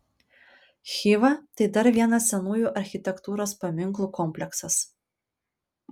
chiva tai dar vienas senųjų architektūros paminklų kompleksas